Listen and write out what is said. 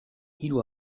hiru